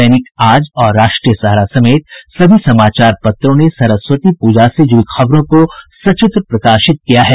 दैनिक आज और राष्ट्रीय सहारा समेत सभी समाचार पत्रों ने सरस्वती पूजा से जुड़ी खबरों को सचित्र प्रकाशित किया है